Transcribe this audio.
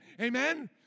Amen